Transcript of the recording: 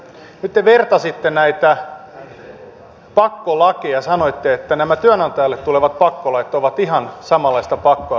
nyt te vertasitte näitä pakkolakeja sanoitte että nämä työnantajalle tulevat pakkolait ovat ihan samanlaista pakkoa kuin työntekijöille